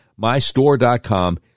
MyStore.com